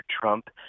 Trump